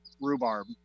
rhubarb